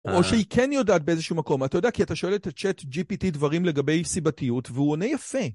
או שהיא כן יודעת באיזשהו מקום, אתה יודע כי אתה שואל את הצ'ט ג'י פי טי דברים לגבי סיבתיות והוא עונה יפה.